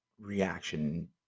reaction